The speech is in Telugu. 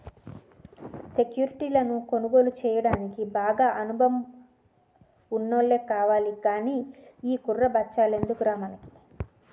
సెక్యురిటీలను కొనుగోలు చెయ్యడానికి బాగా అనుభవం ఉన్నోల్లే కావాలి గానీ ఈ కుర్ర బచ్చాలెందుకురా మనకి